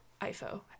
Ifo